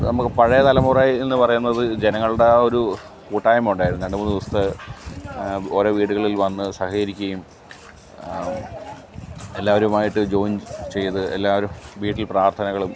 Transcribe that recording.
നമ്മൾക്ക് പഴയ തലമുറയിയെന്ന് പറയുന്നത് ജനങ്ങളുടെ ആ ഒരു കൂട്ടായ്മ ഉണ്ടായിരുന്നു രണ്ടുമൂന്നു ദിവസത്തെ ഓരോ വീടുകളിൽ വന്ന് സഹകരിക്കുകയും എല്ലാവരുമായിട്ട് ജോയിൻ ചെയ്ത് എല്ലാവരും വീട്ടിൽ പ്രാർത്ഥനകളും